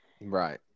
Right